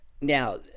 Now